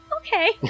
Okay